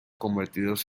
convertidos